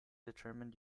determined